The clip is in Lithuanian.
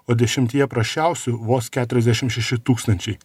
o dešimtyje prasčiausių vos keturiasdešim šeši tūkstančiai